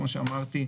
כפי שאמרתי,